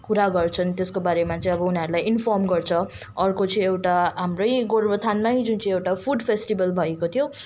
कुरा गर्छन् त्यसको बारेमा चाहिँ अब उनीहरूलाई इन्फर्म गर्छ अर्को चाहिँ एउटा हाम्रै गोरुबथानमै जुन चाहिँ एउटा फुड फेस्टिवल भएको थियो